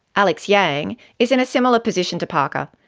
alex yang is in a similar position to parker.